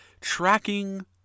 tracking